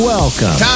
Welcome